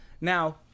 Now